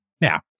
Now